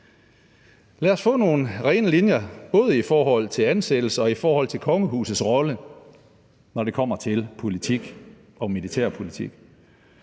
Lad os få nogle rene linjer, både i forhold til ansættelser og i forhold til kongehusets rolle, når det kommer til politik og militærpolitik.